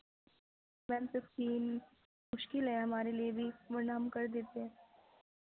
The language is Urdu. میم ففٹین مشکل ہے ہمارے لیے بھی ورنہ ہم کر دیتے